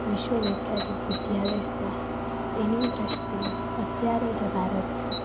વિશ્વ વિખ્યાતિત વિદ્યાલયો હતાં એની દૃષ્ટિએ અત્યારે જે ભારત છે